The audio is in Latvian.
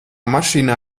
mašīnā